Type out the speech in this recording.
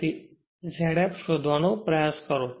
તેથી Z f શોધવાનો પ્રયાસ કરો